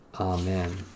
Amen